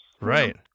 Right